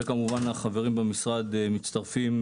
וכמובן, החברים במשרד מצטרפים